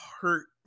hurt